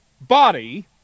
body